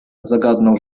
zagadnął